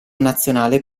nazionale